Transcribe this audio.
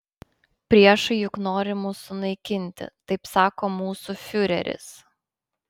priešai juk nori mus sunaikinti taip sako mūsų fiureris